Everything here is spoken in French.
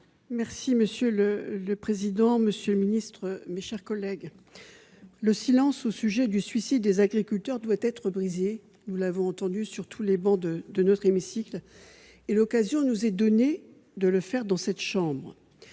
Monsieur le président, monsieur le ministre, mes chers collègues, le silence qui règne au sujet du suicide des agriculteurs doit être brisé ; nous l'avons entendu dire sur toutes les travées de notre hémicycle. L'occasion nous est donnée de le faire dans cette chambre.